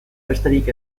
besterik